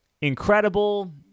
incredible